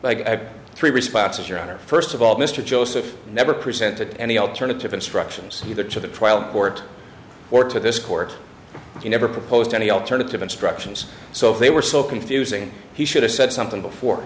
is three responses your honor first of all mr joseph never presented any alternative instructions either to the trial court or to this court you never proposed any alternative instructions so if they were so confusing he should have said something before